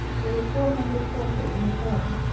there were four hundred horses in the colony.